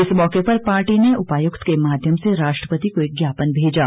इस मौके पर पार्टी ने उपायुक्त के माध्यम से राष्ट्रपति को एक ज्ञापन भेजा